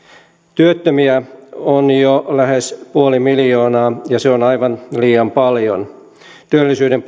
työttömiä on jo lähes puoli miljoonaa ja se on aivan liian paljon työllisyyden